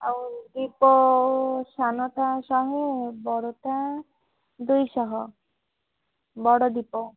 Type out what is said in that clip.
ଆଉ ଦୀପ ସାନଟା ଶହେ ବଡ଼ଟା ଦୁଇଶହ ବଡ଼ ଦୀପ